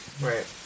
Right